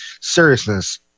seriousness